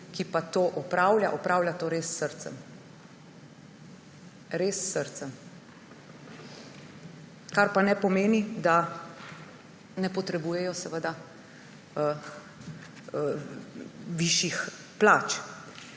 ki to opravlja, opravlja to s srcem, res s srcem, kar pa ne pomeni, da ne potrebujejo višjih plač.